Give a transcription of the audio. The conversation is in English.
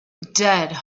dead